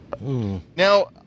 Now